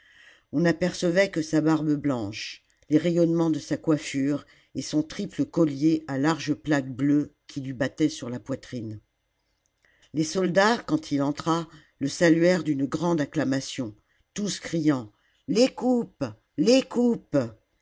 on n'apercevait que sa barbe blanche les rayonnements de sa coiffure et son triple collier à larges plaques bleues qui lui battait sur la poitrine les soldats quand il entra le saluèrent d'une grande acclamation tous criant les coupes les coupes